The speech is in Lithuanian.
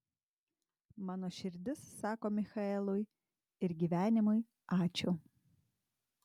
mano širdis sako michaelui ir gyvenimui ačiū